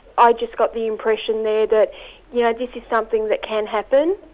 i just got the impression there that yeah this is something that can happen.